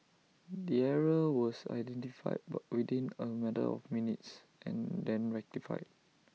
the error was identified but within A matter of minutes and then rectified